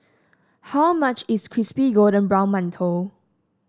how much is Crispy Golden Brown Mantou